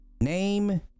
Name